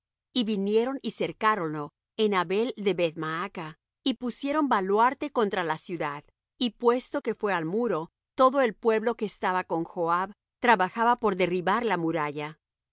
y vinieron y cercáronlo en abel de beth maach y pusieron baluarte contra la ciudad y puesto que fué al muro todo el pueblo que estaba con joab trabajaba por derribar la muralla